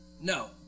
No